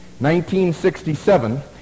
1967